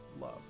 love